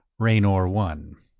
raynor one.